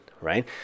right